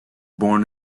born